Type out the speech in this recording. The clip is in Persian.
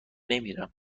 نمیرم